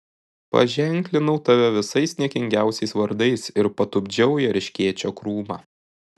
paženklinau tave visais niekingiausiais vardais ir patupdžiau į erškėčio krūmą